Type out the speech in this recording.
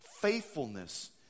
faithfulness